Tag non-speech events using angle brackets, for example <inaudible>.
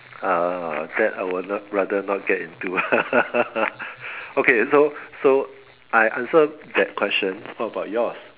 uh that I would rather not get into <laughs> okay so so I answered that question what about yours